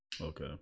Okay